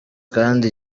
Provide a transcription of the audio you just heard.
kandi